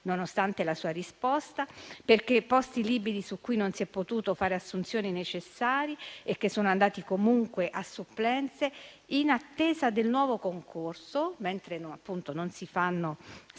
nonostante la sua risposta. Ci sono, infatti, posti liberi su cui non si è potuto fare le assunzioni necessarie e che sono andati comunque a supplenze in attesa del nuovo concorso, mentre non si fanno